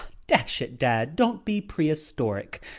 dash it, dad, don't be prehistoric!